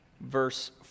verse